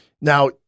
Now